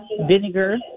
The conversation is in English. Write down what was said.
vinegar